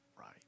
right